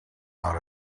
out